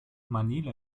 manila